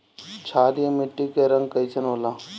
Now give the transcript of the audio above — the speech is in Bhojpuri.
क्षारीय मीट्टी क रंग कइसन होला?